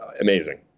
amazing